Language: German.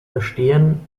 bestehen